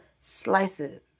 slices